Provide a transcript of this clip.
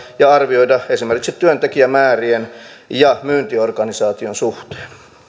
ja arvioida esimerkiksi työntekijämäärien ja myyntiorganisaation suhteen